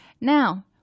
Now